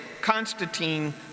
Constantine